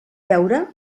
veure